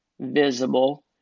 visible